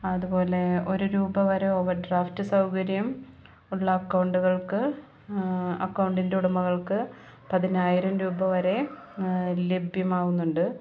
അതുപോലെ ഒരു രൂപ വരെ ഓവർഡ്രാഫ്റ്റ് സൗകര്യം ഉള്ള അക്കൗണ്ടുകൾക്ക് അക്കൗണ്ടിൻ്റെ ഉടമകൾക്ക് പതിനായിരം രൂപ വരെ ലഭ്യമാവുന്നുണ്ട്